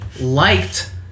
liked